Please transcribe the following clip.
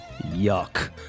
Yuck